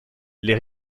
les